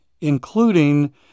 including